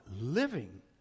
living